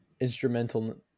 instrumental